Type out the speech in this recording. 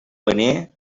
paner